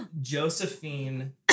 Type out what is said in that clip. Josephine